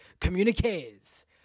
communiques